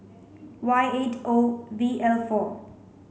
Y eight O V L four